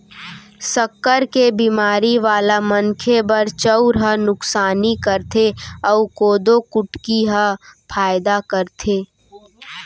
सक्कर के बेमारी वाला मनखे बर चउर ह नुकसानी करथे अउ कोदो कुटकी ह फायदा करथे